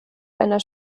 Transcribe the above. einer